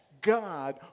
God